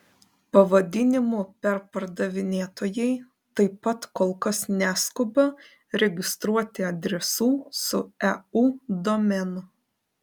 pavadinimų perpardavinėtojai taip pat kol kas neskuba registruoti adresų su eu domenu